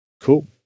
Cool